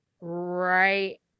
Right